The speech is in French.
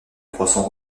croissant